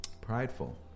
prideful